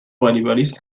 والیبالیست